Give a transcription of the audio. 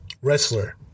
wrestler